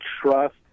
trust